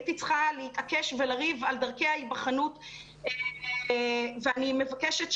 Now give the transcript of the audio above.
הייתי צריכה להתעקש ולריב על דרכי ההיבחנות ואני מבקשת,